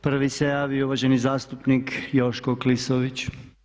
Prvi se javio uvaženi zastupnik Joško Klisović.